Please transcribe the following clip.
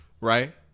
right